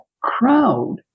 crowd